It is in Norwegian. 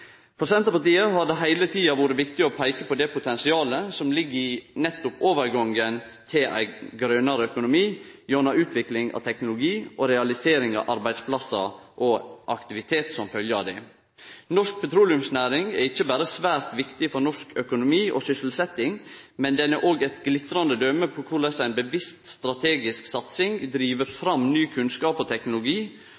For Senterpartiet har det heile tida vore viktig å peike på det potensialet som ligg nettopp i overgangen til ein grønare økonomi gjennom utvikling av teknologi og realisering av arbeidsplassar og aktivitet som følgje av det. Norsk petroleumsnæring er ikkje berre svært viktig for norsk økonomi og sysselsetjing, men òg eit glitrande døme på korleis ei bevisst strategisk satsing driv